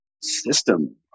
system